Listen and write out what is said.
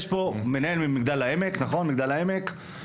יש פה מנהל ממגדל העמק, שעכשיו